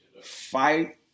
fight